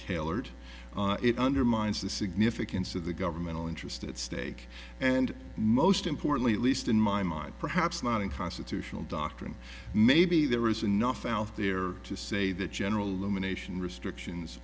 tailored it undermines the significance of the governmental interest at stake and most importantly at least in my mind perhaps not in constitutional doctrine maybe there is enough out there to say that general lumination restrictions